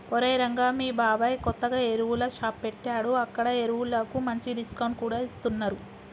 ఒరేయ్ రంగా మీ బాబాయ్ కొత్తగా ఎరువుల షాప్ పెట్టాడు అక్కడ ఎరువులకు మంచి డిస్కౌంట్ కూడా ఇస్తున్నరు